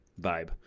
vibe